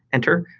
enter.